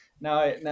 Now